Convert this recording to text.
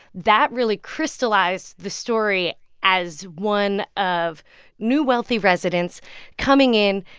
that really crystallized the story as one of new, wealthy residents coming in,